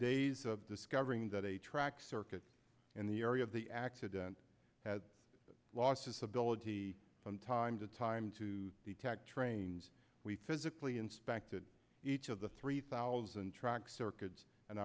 days of discovering that a track circuit in the area of the accident has lost his ability from time to time to detect trains we physically inspected each of the three thousand tracks or kids and